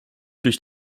durch